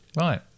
Right